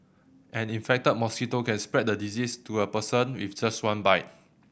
an infected mosquito can spread the disease to a person with just one bite